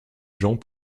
gens